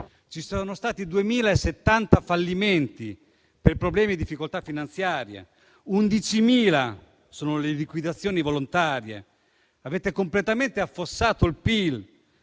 ci sono stati 2.070 fallimenti per problemi di difficoltà finanziaria; 11.000 sono le liquidazioni volontarie. Avete completamente affossato il PIL,